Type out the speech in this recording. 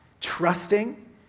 trusting